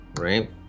right